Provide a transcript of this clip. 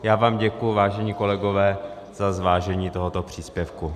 Já vám děkuji, vážení kolegové, za zvážení tohoto příspěvku.